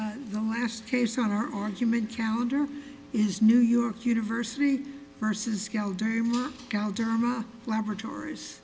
the last case on our argument counter is new york university versus laboratories